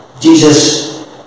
Jesus